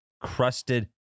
crusted